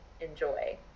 enjoy